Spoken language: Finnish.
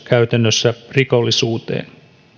käytännössä myös rikollisuuteen